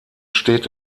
steht